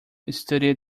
studied